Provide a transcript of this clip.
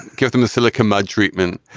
give them the silicon mud treatment